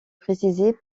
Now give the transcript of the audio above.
précisée